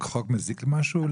החוק מזיק למשהו?